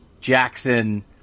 Jackson –